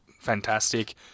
fantastic